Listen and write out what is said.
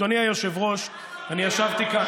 אדוני היושב-ראש, אני ישבתי כאן,